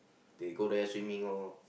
they go there swimming lor